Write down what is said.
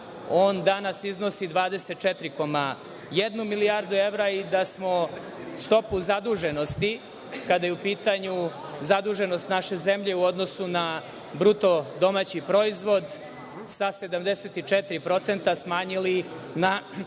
on danas iznosi 24,1 milijardu evra i da smo stopu zaduženosti, kada je u pitanju zaduženost naše zemlje u odnosu na bruto domaći proizvod, sa 74% smanjili na